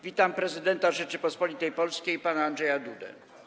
Witam prezydenta Rzeczypospolitej Polskiej pana Andrzeja Dudę.